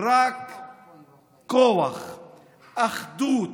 רק כוח, אחדות.